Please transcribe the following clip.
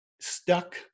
stuck